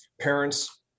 Parents